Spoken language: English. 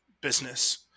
business